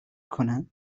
کنن